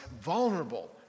vulnerable